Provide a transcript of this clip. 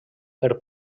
per